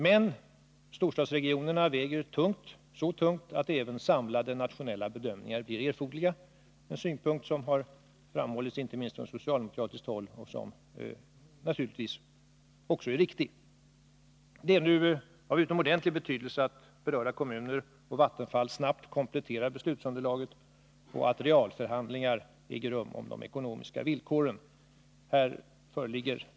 Men storstadsregionerna väger tungt, så tungt att även samlade nationella bedömningar blir erforderliga, en synpunkt som har framhållits inte minst från socialdemokratiskt håll och som naturligtvis också är riktig. Det är nu av utomordentligt stor betydelse att berörda kommuner och Vattenfall snabbt kompletterar beslutsunderlaget och att realförhandlingar om de ekonomiska villkoren äger rum.